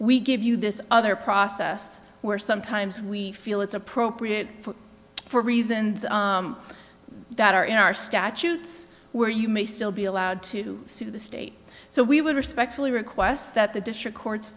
we give you this other process where sometimes we feel it's appropriate for reasons that are in our statutes where you may still be allowed to sue the state so we would respectfully request that the district court's